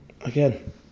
Again